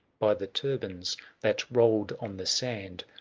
by the turbams that rolled on the sand,